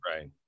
right